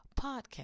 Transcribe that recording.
podcast